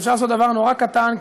שאפשר לעשות דבר נורא קטן,